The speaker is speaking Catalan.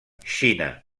xina